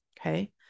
Okay